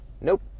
nope